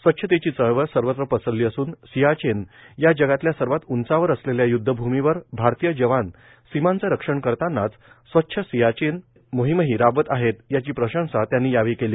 स्वच्छतेची चळवळ सर्वत्र पसरली असून सियाचेन या जगातल्या सर्वात उंचावर असलेल्या यूदधभूमीवर भारतीय जवान सीमांचं रक्षण करतानाच स्वच्छ सियाचेन मोहीमही राबवत आहेत याची प्रशंसा त्यांनी केली